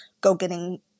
go-getting